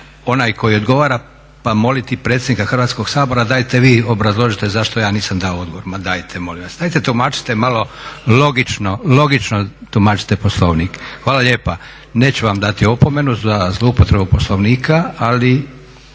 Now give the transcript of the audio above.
onaj koji odgovara pa moliti predsjednika Hrvatskog sabora dajte vi obrazložite zašto ja nisam dao odgovor. Ma dajte molim vas! Dajte tumačite malo logično, logično tumačite Poslovnik. Hvala lijepa. Neću vam dati opomenu za zloupotrebu Poslovnika, ali